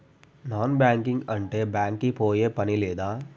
Non banking అంటే bank కి పోయే పని లేదా?